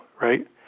Right